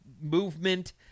movement